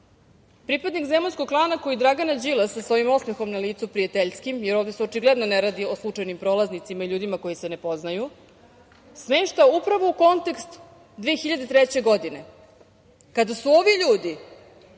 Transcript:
Pripadnik Zemunskog klana koji Dragana Đilasa sa ovim osmehom na licu, prijateljskim, jer ovde se očigledno ne radi o slučajnim prolaznicima i ljudima koji se ne poznaju, smešta upravo u kontekst 2003. godine, kada su ovi ljudi,